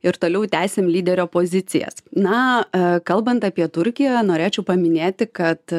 ir toliau tęsiam lyderio pozicijas na a kalbant apie turkiją norėčiau paminėti kad